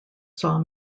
saw